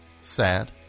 sad